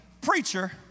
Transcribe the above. preacher